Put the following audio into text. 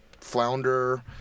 flounder